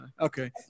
Okay